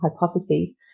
hypotheses